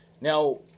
Now